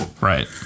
Right